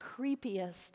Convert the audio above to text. creepiest